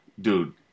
dude